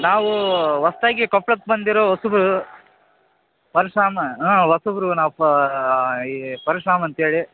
ನಾವೂ ಹೊಸ್ದಾಗಿ ಕೊಪ್ಪಳಕ್ಕೆ ಬಂದಿರೋ ಹೊಸಬ್ರು ಪರಶುರಾಮ ಹಾಂ ಹೊಸಬ್ರು ನಾವು ಫಾ ಈ ಪರಶುರಾಮ್ ಅಂತ್ಹೇಳಿ